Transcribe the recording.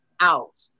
out